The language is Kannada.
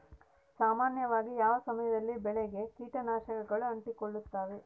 ಸಾಮಾನ್ಯವಾಗಿ ಯಾವ ಸಮಯದಲ್ಲಿ ಬೆಳೆಗೆ ಕೇಟನಾಶಕಗಳು ಅಂಟಿಕೊಳ್ಳುತ್ತವೆ?